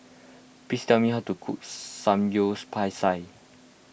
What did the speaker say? please tell me how to cook Samgyeopsal